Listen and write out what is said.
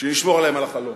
שנשמור להם על החלום.